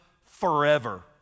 forever